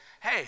hey